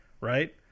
right